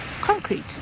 Concrete